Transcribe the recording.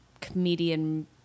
comedian